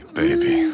baby